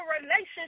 relationship